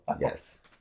Yes